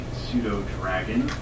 pseudo-dragon